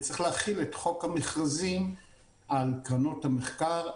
צריך להחיל את חוק המכרזים על קרנות המחקר,